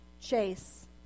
Chase